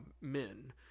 men